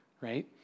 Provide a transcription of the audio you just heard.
right